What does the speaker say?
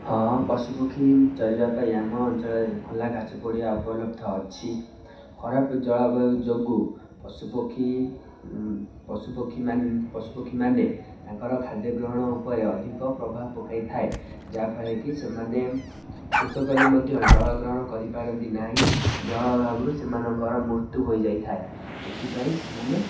ହଁ ପଶୁପକ୍ଷୀ ଚରିବା ପାଇଁ ଆମ ଅଞ୍ଚଳରେ ଖୋଲା ଘାସପଡ଼ିଆ ଉପଲବ୍ଧ ଅଛି ଖରାପ ଜଳବାୟୁ ଯୋଗୁ ପଶୁପକ୍ଷୀ ପଶୁପକ୍ଷୀମାନେ ପଶୁପକ୍ଷୀମାନେ ତାଙ୍କର ଖାଦ୍ୟଗ୍ରହଣ ଉପରେ ଅଧିକ ପ୍ରଭାବ ପକାଇଥାଏ ଯାହାଫଳରେ କି ସେମାନେ ସୁସୁକଲେ ମଧ୍ୟ ଜଳ ଗ୍ରହଣ କରିପାରନ୍ତି ନାହିଁ ଜଳ ଅଭାବରୁ ସେମାନଙ୍କର ମୃତ୍ୟୁ ହୋଇଯାଇଥାଏ ଏଥିପାଇଁ ସେମାନେ